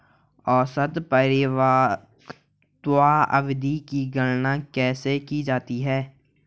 औसत परिपक्वता अवधि की गणना कैसे की जाती है?